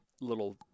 little